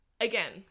Again